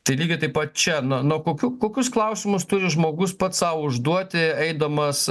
tai lygiai taip pat čia na nuo kokių kokius klausimus turi žmogus pats sau užduoti eidamas